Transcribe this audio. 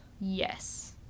Yes